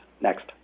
next